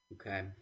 Okay